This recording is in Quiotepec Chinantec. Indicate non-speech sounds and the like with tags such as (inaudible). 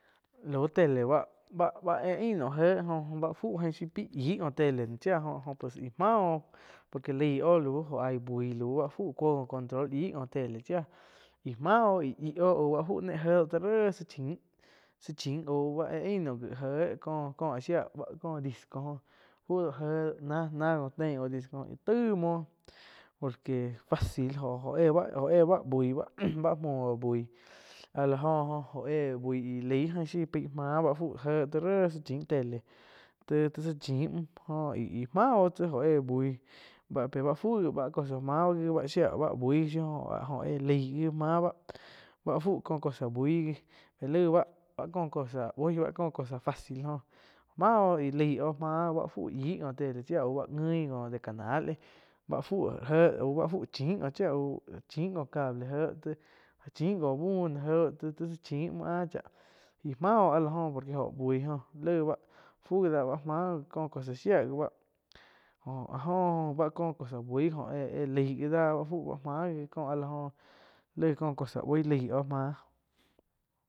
Lau tele báh, báh éh ain naum jé oh báh fu ain shoih pi yih oh tele chia jo-jo pues ih mah oh por que laig oh lau jo ahí bui lau bah fu cuoh oh control yi oh tle chía íh máh oh íh yí oh au báh fu né jé dau ré sáh chin, záh chin auh bá éh ain naum gi jé cóh co áh shía báh có disco joh fu dau jéh náh náh jo tein oh disco oh taih muoh por que fácil jo-jo éh bá bui báh (noise) bá muho buih áh la joh oh oh éh buih laig ain zhoi paih máh bá fu éh ti réh záh chin tele ti-ti zah chim mu jóh ih-ih mah oh tsi oh éh buih bá pe bha fu gibá cosa máh lau shia bá buih gi shiu oh ba éh laig gi máh báh ba fu có cosa bui gi laig báh- báh có cosa buioh báh có cosa fácil joh maoh éh laig oh máh bá fu yih oh tele chia au guin oh canal éh bá gu jé au bá gu chin oh chia au chin oh cable éh tih chin oh buh no je ti tza chim muho áh chá ih mah oh áh la jóh por que oh buih jo laig báh fu gi da báh máh có cosa shía gi báh jo-áh joba co cosa bui gi oh éh laig gi dá ba fu ba mah gi co áh la joh laih có cosa buih laig oh máh.